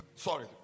Sorry